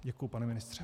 Děkuji, pane ministře.